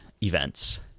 events